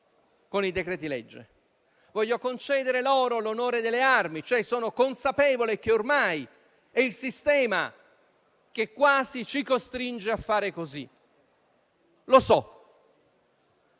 con i decreti-legge. Voglio concederle l'onore delle armi, cioè sono consapevole che ormai è il sistema che quasi ci costringe a fare così, lo so.